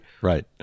right